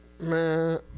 Man